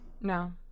No